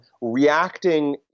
reacting